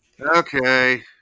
Okay